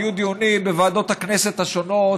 היו דיונים בוועדות הכנסת השונות,